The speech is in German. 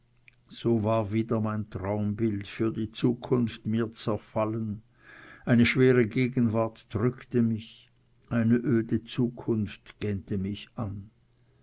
so war wieder mein traumbild für die zukunft mir zerfallen eine schwere gegenwart drückte mich eine öde zukunft gähnte mich an